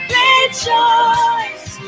rejoice